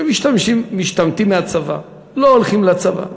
שמשתמטים מהצבא, לא הולכים לצבא,